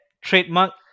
trademark